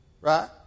right